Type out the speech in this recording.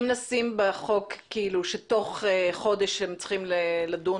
אם נשים בחוק שתוך חודש הם צריכים לדון